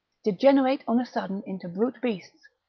degenerate on a sudden into brute beasts,